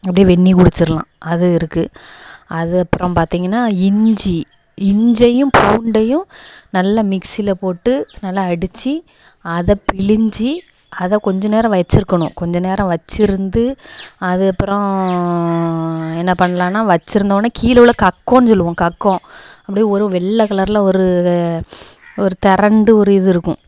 அப்படியே வெந்நீர் குடிச்சுருலாம் அது இருக்குது அது அப்புறம் பார்த்தீங்கன்னா இஞ்சி இஞ்சையும் பூண்டையும் நல்லா மிக்சியில் போட்டு நல்லா அடித்து அதை பிழிஞ்சி அதை கொஞ்ச நேரம் வைச்சுருக்கணும் கொஞ்ச நேரம் வச்சுருந்து அது அப்புறம் என்ன பண்ணலான்னா வச்சுருந்தோன்னே கீழே உள்ள கக்கோன்னு சொல்லுவோம் கக்கோம் அப்படியே ஒரு வெள்ளை கலரில் ஒரு ஒரு திரண்டு ஒரு இது இருக்கும்